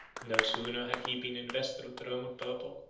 no sooner had he been invested with the roman purple,